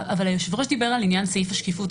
היושב-ראש דיבר על עניין סעיף השקיפות.